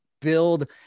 build